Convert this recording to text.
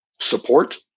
support